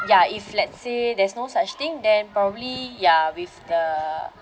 ya if let's say there's no such thing then probably ya with the